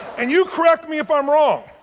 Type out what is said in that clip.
and you correct me if i'm wrong.